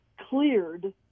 cleared